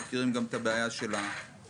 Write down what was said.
אנחנו מכירים גם את הבעיה של העובש.